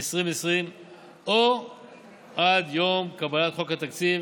2020 או עד יום קבלת חוק התקציב